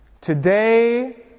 Today